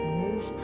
move